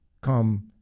come